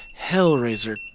Hellraiser